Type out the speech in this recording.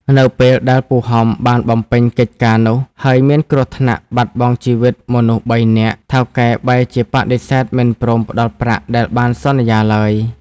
នៅពេលដែលពូហំបានបំពេញកិច្ចការនោះ ហើយមានគ្រោះថ្នាក់បាត់បង់ជីវិតមនុស្សបីនាក់ ថៅកែបែរជាបដិសេធមិនព្រមផ្តល់ប្រាក់ដែលបានសន្យាឡើយ។